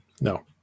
No